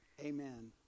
Amen